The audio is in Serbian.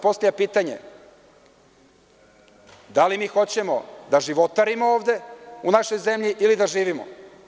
Postavlja se pitanje – da li mi hoćemo da životarimo ovde u našoj zemlji ili da živimo?